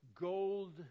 gold